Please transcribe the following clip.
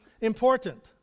important